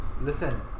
listen